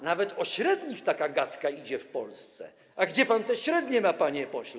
Nawet o średnich taka gadka idzie w Polsce: A gdzie pan te średnie ma, panie pośle?